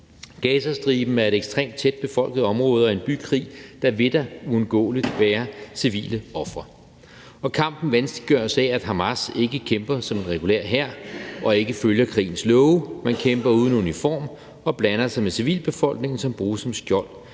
Gazastriben er et ekstremt tæt befolket område, og i bykrig vil der uundgåeligt være civile ofre, og kampen vanskeliggøres af, at Hamas ikke kæmper som en regulær hær og ikke følger krigens love, men kæmper uden uniform og blander sig med civilbefolkningen, som bruges som skjold.